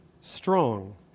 strong